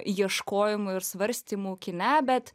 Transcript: ieškojimų ir svarstymų kine bet